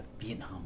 Vietnam